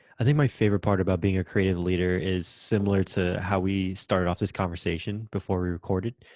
i think my favorite part about being a creative leader is similar to how we started off this conversation before we recorded,